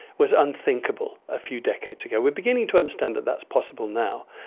was unthinkable a few decades ago. we're beginning to understand that that's possible now.